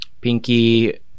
Pinky